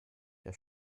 der